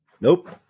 Nope